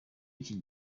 iki